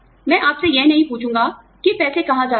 मैं आपसे यह नहीं पूछूंगा कि पैसे कहां जा रहे हैं